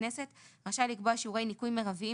הכנסת רשאי לקבוע שיעורי ניכוי מרביים,